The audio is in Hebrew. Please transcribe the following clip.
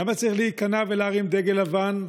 למה צריך להיכנע, ולהרים דגל לבן,